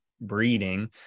breeding